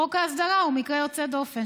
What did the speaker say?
חוק ההסדרה הוא מקרה יוצא דופן,